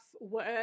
word